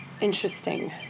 interesting